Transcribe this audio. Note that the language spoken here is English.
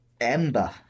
Ember